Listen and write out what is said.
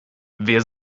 wer